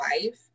life